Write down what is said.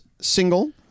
single